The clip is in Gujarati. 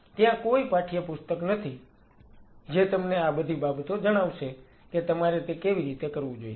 ત્યાં કોઈ પાઠ્યપુસ્તક નથી જે તમને આ બધી બાબતો જણાવશે કે તમારે તે કેવી રીતે કરવું જોઈએ